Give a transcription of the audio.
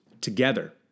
together